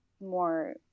more